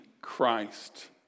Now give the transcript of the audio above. Christ